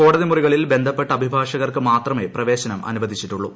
കോടതി മുറികളിൽ ബന്ധപ്പെട്ട അഭിഭാഷകർക്ക് മാത്രമേ പ്രവേശനം അനുവദിച്ചിട്ടുള്ളൂ